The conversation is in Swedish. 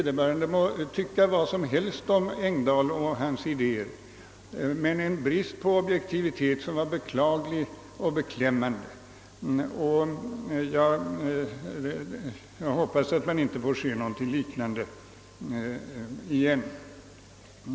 Vederbörande må ha tyckt vad som helst om Engdahl och hans idéer, men jag anser att förfarandet var otillständigt och hoppas att vi inte får se något liknande igen.